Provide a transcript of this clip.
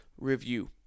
review